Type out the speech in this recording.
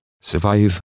survive